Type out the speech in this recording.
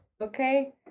Okay